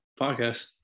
podcast